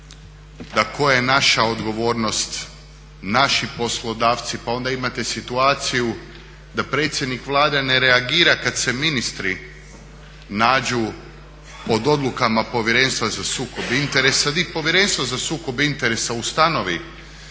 da koja je naša odgovornost, naši poslodavci, pa onda imate situaciju da predsjednik Vlade ne reagira kad se ministri nađu pod odlukama Povjerenstva za sukob interesa gdje Povjerenstvo za sukob interesa ustanovi